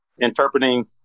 interpreting